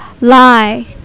lie